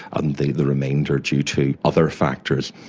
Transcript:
and the the remainder due to other factors.